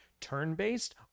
turn-based